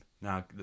Now